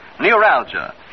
neuralgia